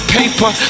paper